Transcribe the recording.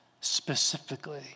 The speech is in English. specifically